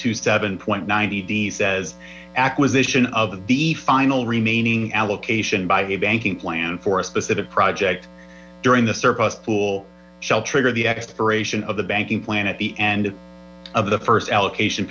to seven point ninety d as acquisition of the final remaining allocation by a banking plan for a specific project during the surplus pool shall trigger the expiration of the banking plan at the end of the first allocation